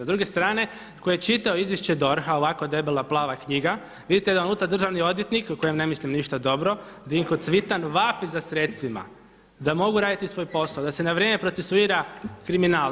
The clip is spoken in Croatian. S druge strane tko je čitao izvješće DORH-a ovako debela plava knjiga, vidite da unutra državni odvjetnik o kojem ne mislim ništa dobro Dinko Cvitan vapi za sredstvima da mogu raditi svoj posao, da se na vrijeme procesuira kriminal.